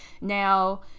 now